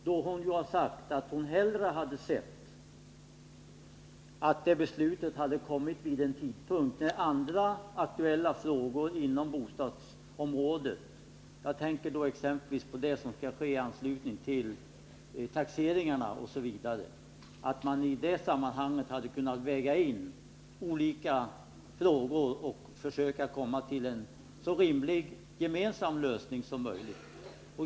Hon har nämligen sagt att hon hellre hade sett att det beslutet hade kommit vid en tidpunkt då andra frågor på bostadsområdet — jag tänker exempelvis på det som skall ske i anslutning till taxeringarna — är aktuella, så att man hade kunnat komma fram till en så rimlig avvägning som möjligt i dessa frågor.